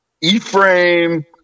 E-Frame